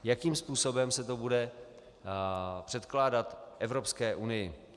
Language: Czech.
Jakým způsobem se to bude předkládat Evropské unii.